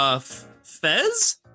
Fez